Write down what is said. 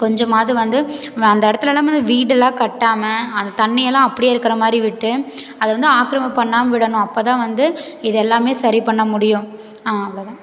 கொஞ்சமாவது வந்து வ அந்த இடத்துல எல்லாமே வந்து வீடெல்லாம் கட்டாமல் அந்த தண்ணியெல்லாம் அப்படியே இருக்கிற மாதிரி விட்டு அதை வந்து ஆக்கிரமிப்பு பண்ணாமல் விடணும் அப்போ தான் வந்து இதெல்லாமே சரி பண்ண முடியும் அவ்வளோ தான்